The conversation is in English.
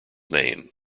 name